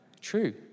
true